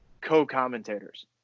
co-commentators